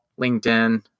linkedin